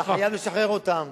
אתה חייב לשחרר אותם,